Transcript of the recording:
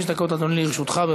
חמש דקות, אדוני, לרשותך.